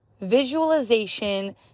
visualization